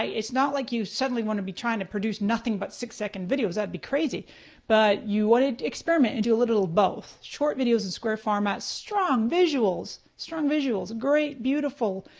it's not like you suddenly want to be trying to produce nothing but six second videos, that'd be crazy but you want to experiment and do a little of both short videos in square format, strong visuals, strong visuals, great, beautiful,